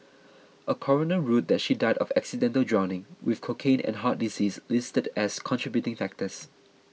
a coroner ruled that she died of accidental drowning with cocaine and heart disease listed as contributing factors